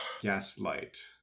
Gaslight